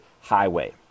highway